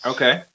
Okay